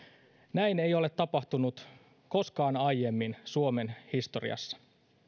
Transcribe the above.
näin ei ole tapahtunut koskaan aiemmin suomen historiassa